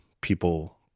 people